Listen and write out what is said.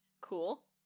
cool